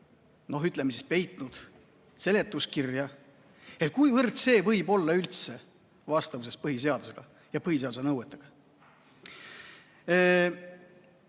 noh, ütleme siis, peitnud seletuskirja, siis kuivõrd see võib olla üldse vastavuses põhiseadusega ja põhiseaduse nõuetega.